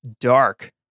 dark